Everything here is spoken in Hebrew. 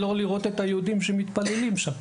מנת שלא ייראו את היהודים שמתפללים שם.